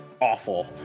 awful